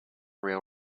rail